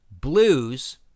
blues